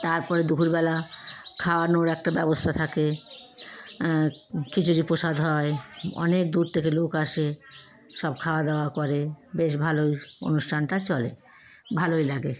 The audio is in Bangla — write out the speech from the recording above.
তারপরে দুপুরবেলা খাওয়ানোর একটা ব্যবস্থা থাকে খিচুড়ি প্রসাদ হয় অনেক দূর থেকে লোক আসে সব খাওয়া দাওয়া করে বেশ ভালোই অনুষ্ঠানটা চলে ভালোই লাগে